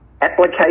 application